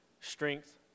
strength